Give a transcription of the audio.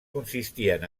consistien